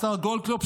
השר גולדקנופ,